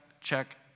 check